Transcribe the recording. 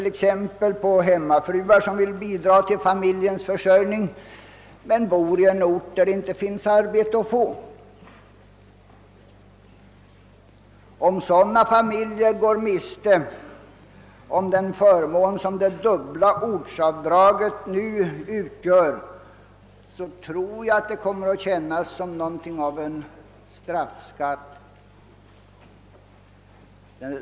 Jag syftar särskilt på de hemmafruar, som vill bidra till familjens försörjning men som bor på orter där det inte finns något arbete att få. Om sådana familjer går miste om den förmån som det dubbla ortsavdraget nu utgör, tror jag att det kommer att kännas som något av en straffskatt.